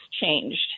changed